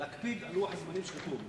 להקפיד על לוח הזמנים שכתוב.